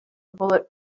bullet